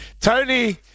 Tony